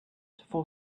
for